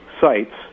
sites